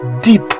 Deep